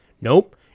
nope